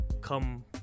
come